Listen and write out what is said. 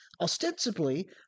ostensibly